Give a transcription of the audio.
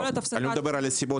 סגירת תיק.